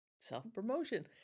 Self-promotion